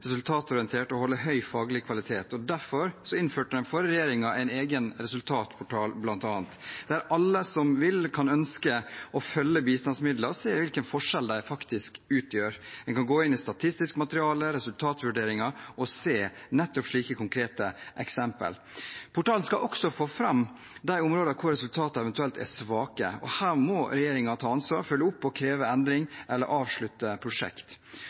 resultatorientert og holde høy faglig kvalitet. Derfor innførte den forrige regjeringen en egen resultatportal bl.a., der alle som vil, kan følge bistandsmidler og se hvilken forskjell de faktisk utgjør. En kan gå inn i statistisk materiale og resultatvurderinger og se nettopp slike konkrete eksempel. Portalen skal også få fram de områdene hvor resultatene eventuelt er svake, og her må regjeringen ta ansvar, følge opp og kreve endring eller avslutte prosjekt.